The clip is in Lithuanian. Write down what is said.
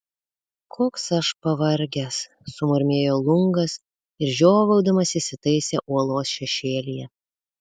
koks aš pavargęs sumurmėjo lungas ir žiovaudamas įsitaisė uolos šešėlyje